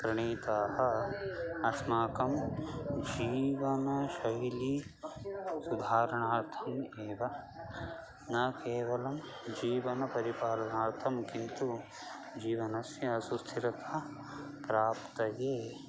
प्रणीताः अस्माकं जीवनशैली सुधारणार्थम् एव न केवलं जीवनपरिपालनार्थं किन्तु जीवनस्य सुस्थिरता प्राप्तये